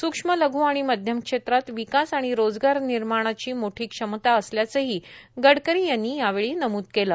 स्क्ष्म लघ् आणि मध्यम क्षेत्रात विकास आणि रोजगार निर्माणाची मोठी क्षमता असल्याचंही गडकरी यांनी यावेळी नमुद केलं